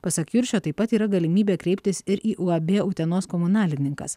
pasak juršio taip pat yra galimybė kreiptis ir į uab utenos komunalininkas